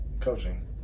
coaching